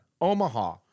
Omaha